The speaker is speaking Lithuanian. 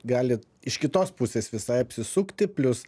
gali iš kitos pusės visai apsisukti plius